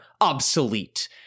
obsolete